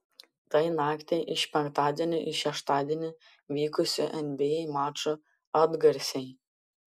tai naktį iš penktadienio į šeštadienį vykusių nba mačų atgarsiai